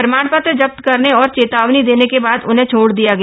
प्रमाणपत्र जब्त करने और चेतावनी देने के बाद उन्हें छोड़ दिया गया